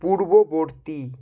পূর্ববর্তী